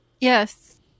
Yes